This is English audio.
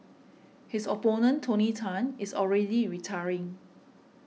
his opponent Tony Tan is already retiring